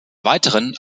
weiteren